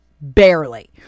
Barely